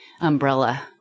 umbrella